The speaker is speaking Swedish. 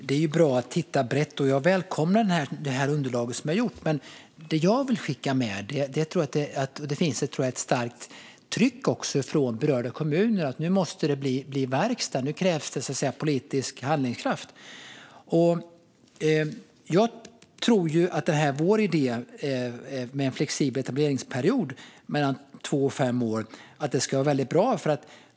Fru talman! Det är bra att titta brett. Jag välkomnar det underlag som har gjorts. Men det jag vill skicka med - och här tror jag att det finns ett starkt tryck från berörda kommuner - är att det nu måste bli verkstad. Nu krävs det politisk handlingskraft. Jag tror att vår idé om en flexibel etableringsperiod mellan två och fem år skulle vara väldigt bra.